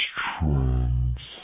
trends